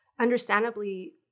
understandably